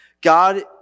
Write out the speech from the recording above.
God